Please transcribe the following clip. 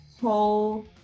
whole